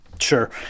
sure